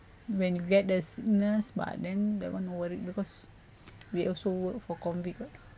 when you get these nurse but then that one worried because they also work for COVID oh